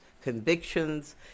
convictions